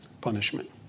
punishment